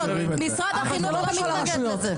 משרד החינוך לא מתנגד לזה.